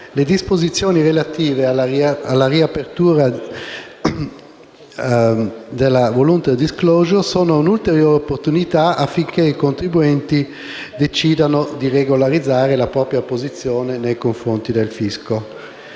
Le disposizioni relative alla riapertura della *voluntary* *disclosure* rappresentano un'ulteriore opportunità affinché i contribuenti decidano di regolarizzare la propria posizione nei confronti del fisco.